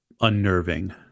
unnerving